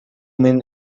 men